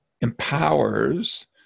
empowers